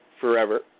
Forever